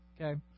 Okay